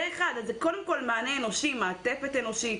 מענה אנושי, מעטפת אנושית.